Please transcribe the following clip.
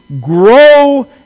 grow